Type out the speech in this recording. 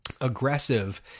aggressive